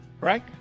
right